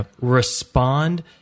respond